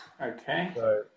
Okay